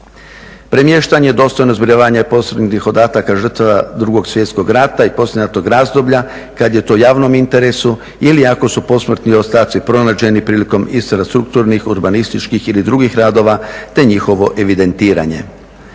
Premještanje, dostojno zbrinjavanje posmrtnih ostataka žrtava 2.svjetskog rata i poslijeratnog razdoblja kad je to u javnom interesu ili ako su posmrtni ostaci pronađeni prilikom infrastrukturnih, urbanističkih ili drugih radova te njihovo evidentiranje.